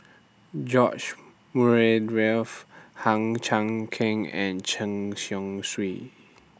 George Murray Reith Hang Chang Chieh and Chen Chong Swee